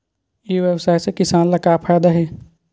ई व्यवसाय से किसान ला का फ़ायदा हे?